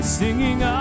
singing